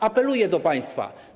Apeluję do państwa.